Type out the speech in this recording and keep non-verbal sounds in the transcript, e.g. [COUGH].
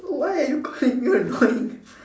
why are you calling me annoying [LAUGHS]